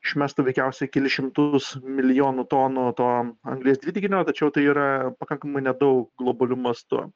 išmestų veikiausiai kelis šimtus milijonų tonų to anglies dvideginio tačiau tai yra pakankamai nedaug globaliu mastu